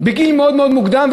בגיל מאוד מאוד מוקדם.